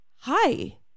hi